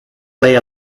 play